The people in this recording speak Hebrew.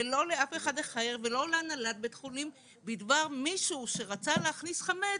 לא לאף אחד אחר ולא להנהלת בית החולים בדבר מישהו שרצה להכניס חמץ